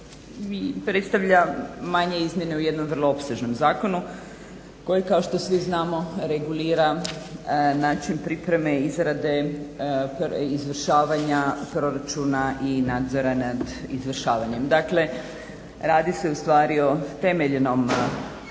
predstavlja manje izmjene u jednom vrlo opsežnom zakonu koji kao što svi znamo regulira način pripreme, izrade, izvršavanja proračuna i nadzora nad izvršavanjem. Dakle, radi se ustvari o temeljnom zakonu